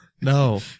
No